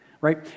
right